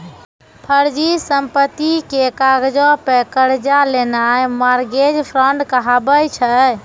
फर्जी संपत्ति के कागजो पे कर्जा लेनाय मार्गेज फ्राड कहाबै छै